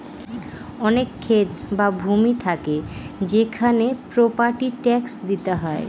অনেক ক্ষেত বা ভূমি থাকে সেখানে প্রপার্টি ট্যাক্স দিতে হয়